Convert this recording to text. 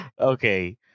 okay